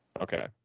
Okay